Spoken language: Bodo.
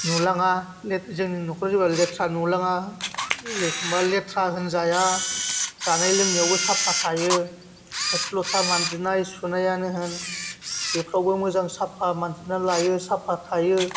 नुलाङा जोंनि न'खरखौ जेनेबा लेथ्रा नुलाङा लेथ्रा होनजाया जानाय लोंनायावबो साफा थायो थोरसि लथा मानजिनाय सुनायावनो होन बेफोरावबो मोजां साफा मानजिना लायो साफा थायो